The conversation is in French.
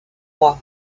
oie